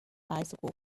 bicycle